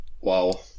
Wow